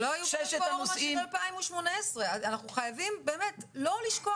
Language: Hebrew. שלא היו ברפורמה של 2018. אנחנו חייבים לא לשכוח